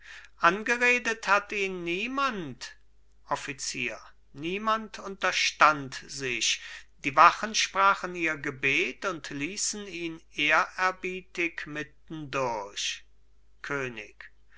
angeredet hat ihn niemand offizier niemand unterstand sich die wachen sprachen ihr gebet und ließen ihn ehrerbietig mitten durch könig